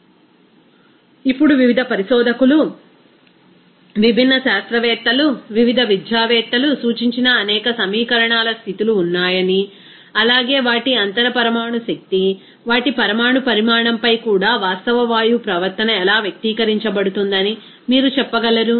refer slide time ఇప్పుడు వివిధ పరిశోధకులు విభిన్న శాస్త్రవేత్తలు వివిధ విద్యావేత్తలు సూచించిన అనేక సమీకరణాల స్థితిలు ఉన్నాయని అలాగే వాటి అంతర పరమాణు శక్తి వాటి పరమాణు పరిమాణంపై కూడా వాస్తవ వాయువు ప్రవర్తన ఎలా వ్యక్తీకరించబడుతుందని మీరు చెప్పగలరు